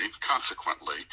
consequently